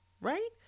right